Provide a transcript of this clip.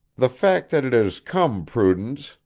the fact that it has come, prudence,